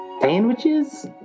sandwiches